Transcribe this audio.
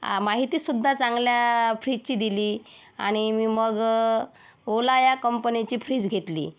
माहितीसुद्धा चांगल्या फ्रीजची दिली आणि मी मग ओला या कंपनीची फ्रीज घेतली